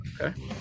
Okay